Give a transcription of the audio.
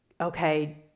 okay